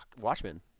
Watchmen